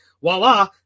voila